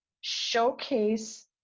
showcase